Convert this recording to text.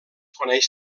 coneix